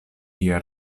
via